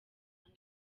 nabi